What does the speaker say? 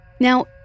Now